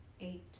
eight